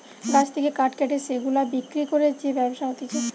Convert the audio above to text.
গাছ থেকে কাঠ কেটে সেগুলা বিক্রি করে যে ব্যবসা হতিছে